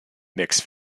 mixed